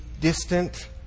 distant